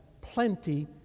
plenty